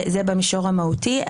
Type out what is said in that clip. זה במישור המהותי.